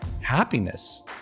happiness